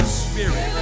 spirit